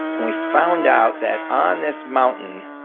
and we found out that on this mountain,